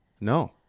No